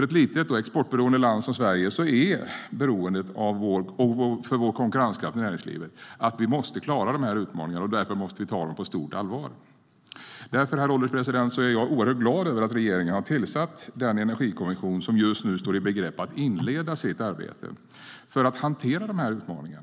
Ett litet och exportberoende land som Sverige, som är beroende av vår konkurrenskraft i näringslivet, måste klara dessa utmaningar och därför ta dem på stort allvar. Därför, herr ålderspresident, är jag glad över att regeringen har tillsatt den energikommission som just nu står i begrepp att inleda sitt arbete för att hantera dessa utmaningar.